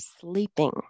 sleeping